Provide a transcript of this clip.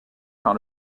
par